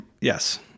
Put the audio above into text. Yes